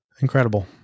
Incredible